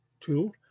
two